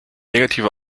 negative